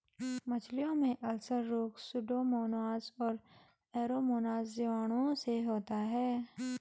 मछलियों में अल्सर रोग सुडोमोनाज और एरोमोनाज जीवाणुओं से होता है